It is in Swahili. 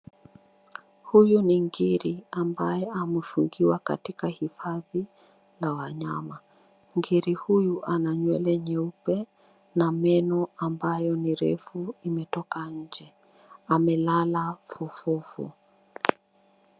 Huyu ni ngiri ambaye amefungiwa katika hifadhi la wanyama. Ngiri huyu ana nywele nyeupe na meno ambayo ni refu imetoka nje. Amelala fofofo.